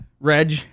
Reg